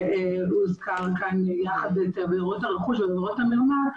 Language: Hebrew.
שהוזכר כאן ואת עבירות הרכוש ועבירות המרמה,